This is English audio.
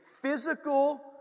physical